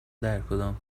درکدام